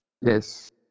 Yes